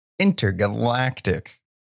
intergalactic